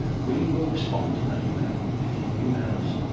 we will respond to that email, if you email us,